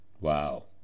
Wow